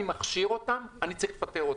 מכשיר אותם אני כבר אצטרף לפטר אותם...